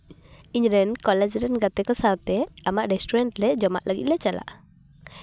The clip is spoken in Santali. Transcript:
ᱤᱧ ᱨᱮᱱ ᱠᱚᱞᱮᱡᱽ ᱨᱮᱱ ᱜᱟᱛᱮ ᱠᱚ ᱥᱟᱶᱛᱮ ᱟᱢᱟᱜ ᱨᱮᱥᱴᱩᱨᱮᱱᱴ ᱨᱮ ᱡᱚᱢᱟᱜ ᱞᱟᱹᱜᱤᱫ ᱞᱮ ᱪᱟᱞᱟᱜᱼᱟ